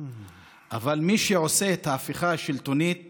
אבל מי שעושה את ההפיכה השלטונית